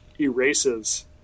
erases